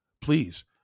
Please